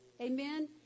Amen